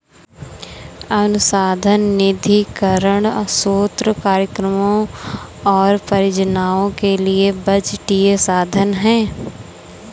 अनुसंधान निधीकरण स्रोत कार्यक्रमों और परियोजनाओं के लिए बजटीय संसाधन है